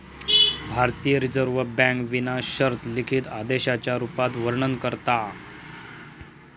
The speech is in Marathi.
भारतीय रिजर्व बॅन्क बिलाक विना शर्त लिखित आदेशाच्या रुपात वर्णन करता